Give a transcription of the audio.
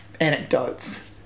anecdotes